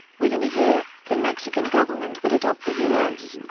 within a year, the mexican government would adopt the u s.